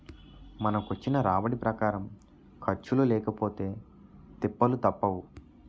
మనకొచ్చిన రాబడి ప్రకారం ఖర్చులు లేకపొతే తిప్పలు తప్పవు